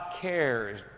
cares